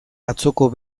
atzoko